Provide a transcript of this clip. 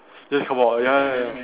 just come out ya ya ya